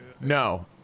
no